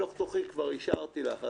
בתוך תוכי כבר אישרתי לך,